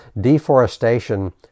deforestation